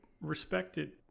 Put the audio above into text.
respected